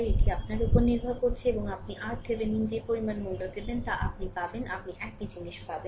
এটি আপনার উপর নির্ভর করে এবং আপনি RThevenin যে পরিমাণ মূল্য দেবেন তা আপনি পাবেন আপনি একই জিনিস পাবেন